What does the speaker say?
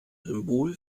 symbol